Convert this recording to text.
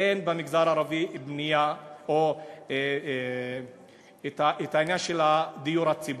אין במגזר הערבי בנייה או את העניין של הדיור הציבורי.